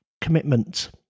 commitment